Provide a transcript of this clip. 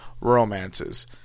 romances